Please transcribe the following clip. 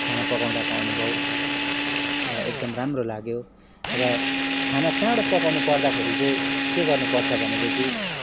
खाना पकाउँदाको अनुभव मलाई एकदम राम्रो लाग्यो र खाना चाँड़ो पकाउनु पर्दाखेरि चाहिँ के गर्नु पर्छ भनेदेखि